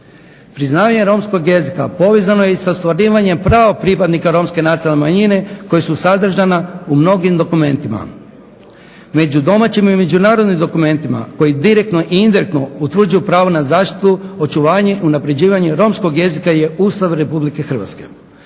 Priznavanje romskog jezika povezano je i sa ostvarivanjem prava pripadnika Romske nacionalne manjine koja su sadržana u mnogim dokumentima, domaćim i međunarodnim dokumentima koji direktno i indirektno utvrđuju pravo na zaštitu, očuvanje, unapređivanje romskog jezika je Ustav Republike Hrvatske